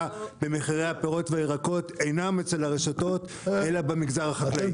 במחירי הפירות והירקות אינם אצל הרשתות אלא במגזר החקלאי.